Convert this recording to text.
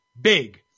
big